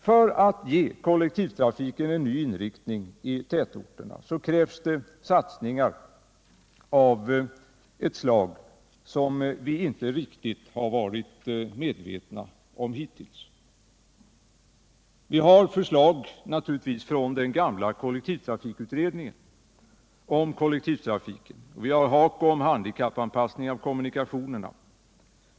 För att ge kollektivtrafiken en ny inriktning i tätorterna krävs satsningar av ett slag som vi inte riktigt har varit medvetna om hittills. Det finns naturligtvis förslag från den gamla kollektivtrafikutredningen och från HAKO-utredningen om handikappanpassning av kommunikationerna.